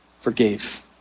forgave